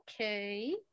okay